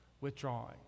withdrawing